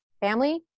family